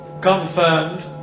confirmed